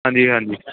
ਹਾਂਜੀ ਹਾਂਜੀ